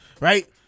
right